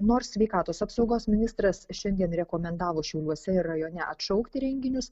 nors sveikatos apsaugos ministras šiandien rekomendavo šiauliuose ir rajone atšaukti renginius